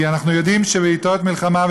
אנחנו יודעים שבעתות מלחמה,